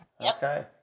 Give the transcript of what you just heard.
Okay